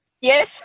Yes